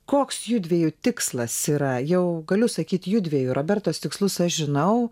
koks judviejų tikslas yra jau galiu sakyti judviejų robertos tikslus aš žinau